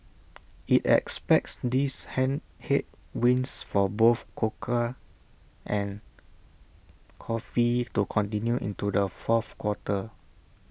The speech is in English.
but this figure includes the construction workforce where the ratio is one local for every Seven foreigners